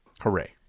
Hooray